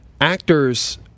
actors